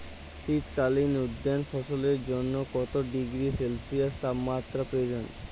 শীত কালীন উদ্যান ফসলের জন্য কত ডিগ্রী সেলসিয়াস তাপমাত্রা প্রয়োজন?